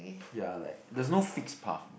ya like there is no fixed path